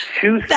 two